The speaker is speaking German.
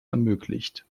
ermöglicht